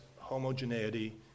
homogeneity